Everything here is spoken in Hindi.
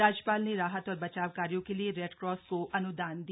राज्यपाल ने राहत और बचाव कार्यो के लिए रेडक्रास को अनुदान दिया